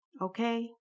Okay